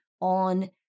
on